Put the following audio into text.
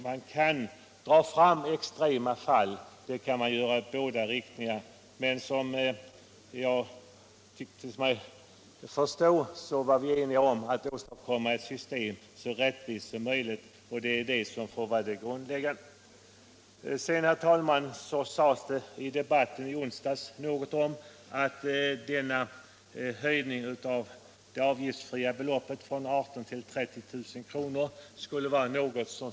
Man kan peka på extrema fall i båda riktningarna, men jag tyckte mig förstå att vi var eniga om att försöka åstadkomma ett så rättvist system som möjligt, och det måste vara den grundläggande målsättningen. Herr talman! I debatten i onsdags sades det någonting om att höjningen av det avgiftsfria beloppet från 18 000 till 30 000 kr.